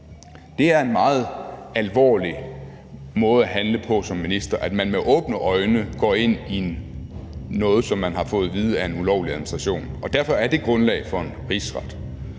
Det er en meget alvorlig måde at handle på som minister, altså at man med åbne øjne går ind i noget, som man har fået at vide er en ulovlig administration – og derfor er der grundlag for en rigsret.